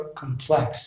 complex